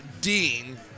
Dean